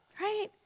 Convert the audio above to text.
Right